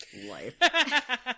life